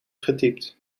getypt